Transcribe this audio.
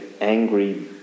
angry